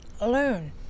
alone